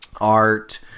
art